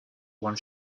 one